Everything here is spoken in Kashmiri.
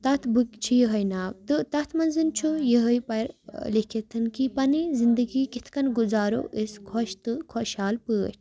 تَتھ بُکہِ چھِ یِہٕے ناو تہٕ تَتھ منٛزَ چھُ یِہٕے لیکھِتھ کہِ پنٛنہِ زندگی کِتھ کٔنۍ گُزارو أسۍ خۄش تہٕ خۄشحال پٲٹھۍ